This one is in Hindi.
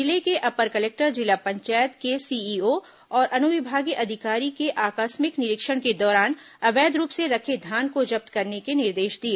जिले के अपर कलेक्टर जिला पंचायत के सीईओ और अनुविभागीय अधिकारी ने आकस्मिक निरीक्षण के दौरान अवैध रूप से रखे धान को जब्त करने के निर्देश दिए